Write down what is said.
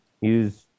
use